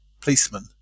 policeman